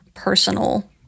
Personal